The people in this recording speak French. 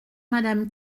madame